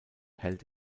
hält